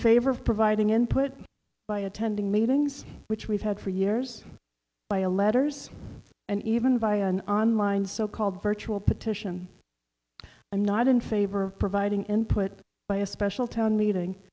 favor of providing input by attending meetings which we've had for years by a letters and even by an online so called virtual petition i'm not in favor of providing input by a special town meeting